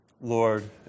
Lord